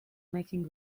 making